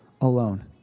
alone